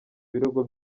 ibirego